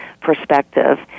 perspective